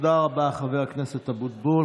תודה רבה, חבר הכנסת אבוטבול.